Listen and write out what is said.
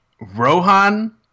Rohan